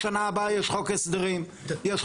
בשנה הבאה יש חוק הסדרים נוסף.